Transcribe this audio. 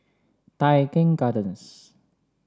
Tai Keng Gardens